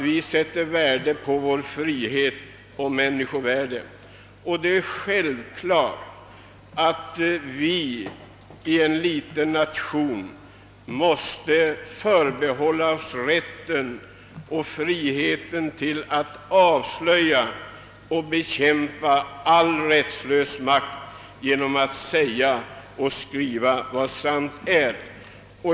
Vi sätter värde på vår frihet och vårt människovärde, och vi måste inom en liten nation förbehålla oss rätten att avslöja och bekämpa all rättslös makt genom att säga och skriva vad sant är.